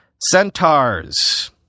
centaurs